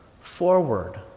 forward